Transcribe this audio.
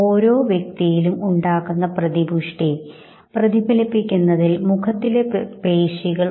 വളരെയധികം സമ്മർദ്ദം നിറഞ്ഞ ദൃശ്യങ്ങൾ ഉള്ള ഒരു സിനിമ കാണുന്നതിനായി കുറച്ചുപേരെ നിർദ്ദേശിക്കുന്നു